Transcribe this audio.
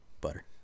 butter